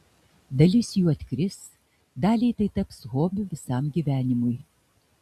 dalis jų atkris daliai tai taps hobiu visam gyvenimui